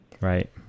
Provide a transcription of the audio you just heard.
Right